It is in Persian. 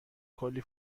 کلی